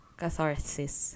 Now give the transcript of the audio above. catharsis